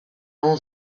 all